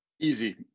Easy